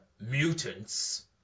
mutants